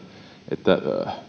että